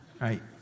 right